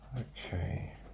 Okay